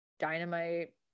dynamite